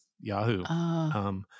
Yahoo